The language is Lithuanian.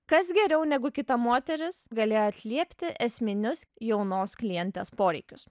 kas geriau negu kita moteris galėjo atliepti esminius jaunos klientės poreikius